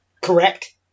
Correct